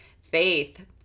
Faith